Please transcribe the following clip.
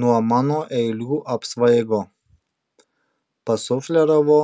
nuo mano eilių apsvaigo pasufleravo